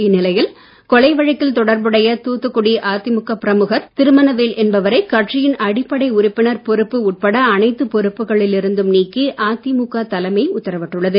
இந்நிலையில் கொலை வழக்கில் தொடர்புடைய தூத்துக்குடி அதிமுக பிரமுகர் திருமணவேல் என்பவரை கட்சியின் அடிப்படை உறுப்பினர் பொறுப்பு உட்பட அனைத்துப் பொறுப்புகளில் இருந்தும் நீக்கி அதிமுக தலைமை உத்தரவிட்டுள்ளது